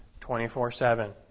24-7